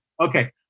Okay